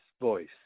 voice